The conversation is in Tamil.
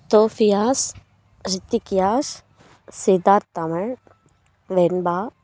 தோஃபியாஸ் ரித்திக்யாஸ் சித்தார்த்தமிழ் வெண்பா